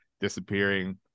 disappearing